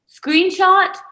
screenshot